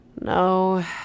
No